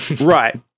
Right